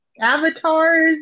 avatars